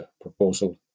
proposal